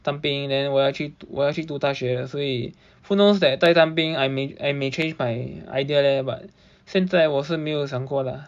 当兵 then 我要去我要去读大学所以 who knows that 在当兵 I may I may change my idea leh but 现在我是没有想过啦